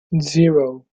zero